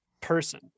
person